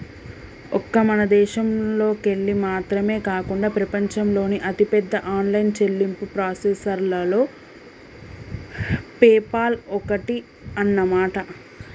ఒక్క మన దేశంలోకెళ్ళి మాత్రమే కాకుండా ప్రపంచంలోని అతిపెద్ద ఆన్లైన్ చెల్లింపు ప్రాసెసర్లలో పేపాల్ ఒక్కటి అన్నమాట